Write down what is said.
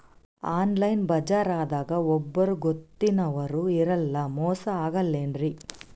Online ಬಜಾರದಾಗ ಒಬ್ಬರೂ ಗೊತ್ತಿನವ್ರು ಇರಲ್ಲ, ಮೋಸ ಅಗಲ್ಲೆನ್ರಿ?